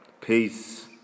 Peace